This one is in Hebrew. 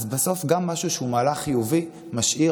אז בסוף גם משהו שהוא מהלך חיובי משאיר